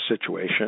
situation